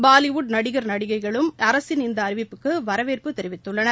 பாலிவுட் நடிகர் நடிககைகளும் அரசின் இந்த அறிவிப்பிற்கு வரவேற்பு தெரிவித்துள்ளனர்